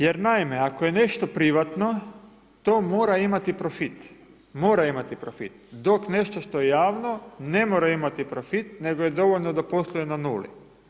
Jer naime, ako je nešto privatno, to mora imati profit, mora imati profit, dok nešto što je javno ne mora imati profit nego je dovoljno da posluje na nuli.